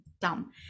dumb